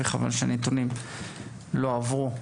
וחבל שהנתונים לא עברו.